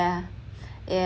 yeah yeah